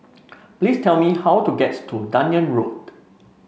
please tell me how to gets to Dunearn Road